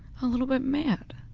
a little bit mad